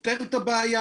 פותר את הבעיה